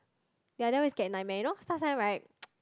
ya then we get nightmare you know sometimes right